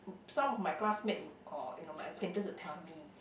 some of my classmate of my acquaintance will tell me